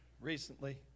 recently